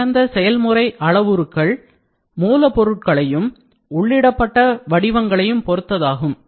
சிறந்த செயல்முறை அளவுருக்கள் மூலப் பொருட்களையும் உள்ளிடப்பட்ட வடிவங்களையும் பொருத்ததாகும்